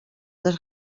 dos